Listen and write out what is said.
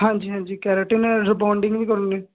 ਹਾਂਜੀ ਹਾਂਜੀ keratin rebonding ਵੀ ਕਰੁੰਗੇ